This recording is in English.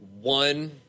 one